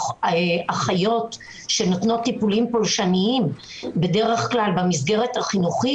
אחיות שנותנות טיפולים פולשניים בדרך כלל במסגרת החינוכית,